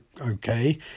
okay